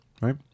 right